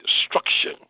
destruction